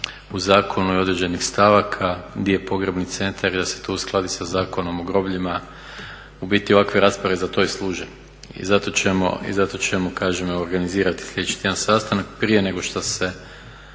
u zakonu i određenih stavaka gdje je pogrebni centar i da se to uskladi sa Zakonom o grobljima. U biti ovakve rasprave za to i služe i zato ćemo organizirati kažem sljedeći tjedan sastanak prije nego što se